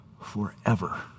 forever